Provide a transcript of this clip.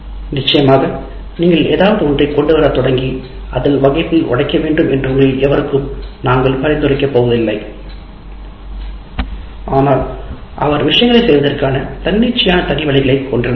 நிச்சயமாக நீங்கள் கொண்டுவரத் தொடங்க வேண்டும் என்றும் ஏதாவது ஒன்றை வகுப்பில் உடைத்து விடுங்கள் என்றும் உங்களில் எவருக்கும் நாங்கள் பரிந்துரைக்கப் போவதில்லை ஆனால் அவர் விஷயங்களைச் செய்வதற்கான தன்னிச்சையான தனி வழிகளை கொண்டிருந்தார்